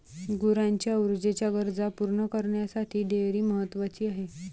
गुरांच्या ऊर्जेच्या गरजा पूर्ण करण्यासाठी डेअरी महत्वाची आहे